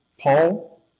Paul